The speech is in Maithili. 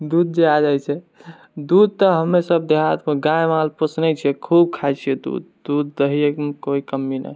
दूध जे आ जाए छै दूध तऽ हमेशा देहातमे गाय माल पोषने छिए खूब खायछिये दूध दूध दही एकदम कोइ कमी नहि